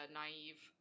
naive